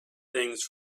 things